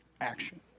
action